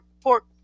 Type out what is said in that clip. Pork